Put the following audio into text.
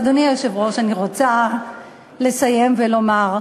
אדוני היושב-ראש, אני רוצה לסיים ולומר,